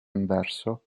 inverso